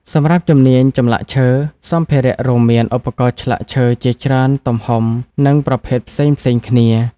សម្រាប់ជំនាញ ចម្លាក់ឈើ សម្ភារៈរួមមានឧបករណ៍ឆ្លាក់ឈើជាច្រើនទំហំនិងប្រភេទផ្សេងៗគ្នា។